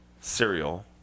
Cereal